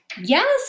Yes